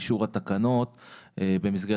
לאישור התקנות באופן חריג בעקבות לוחות הזמנים,